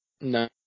No